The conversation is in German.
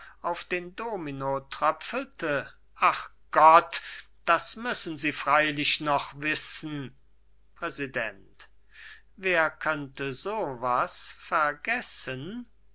auf den domino tröpfelte ach gott das müssen sie freilich noch wissen präsident wer könnte so was vergessen